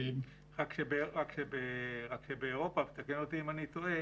אלא שבאירופה תקן אותי, אם אני טועה